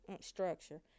structure